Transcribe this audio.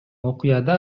окуяда